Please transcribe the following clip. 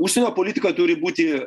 užsienio politika turi būti